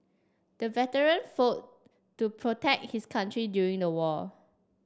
the veteran fought to protect his country during the war